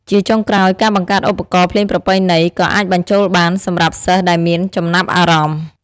ជាចុងក្រោយ ការបង្កើតឧបករណ៍ភ្លេងប្រពៃណី ក៏អាចបញ្ចូលបាន សម្រាប់សិស្សដែលមានចំណាប់អារម្មណ៍។